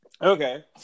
Okay